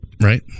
Right